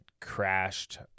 crashed